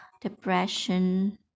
depression